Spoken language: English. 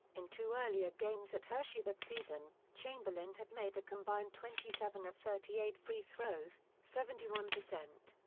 in two earlier games at hershey that season, chamberlain had made a combined twenty seven of thirty eight free throws, seventy one percent.